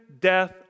death